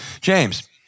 James